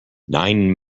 nine